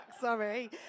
sorry